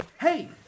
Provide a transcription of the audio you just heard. hey